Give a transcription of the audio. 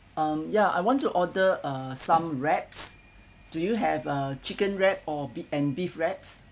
um ya I want to order uh some wraps do you have a chicken wrap or be~ and beef wraps